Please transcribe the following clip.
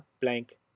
blank